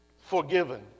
Forgiven